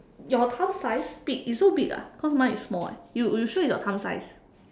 your thumb size big it's so big ah cause mine is small eh you you sure it's your thumb size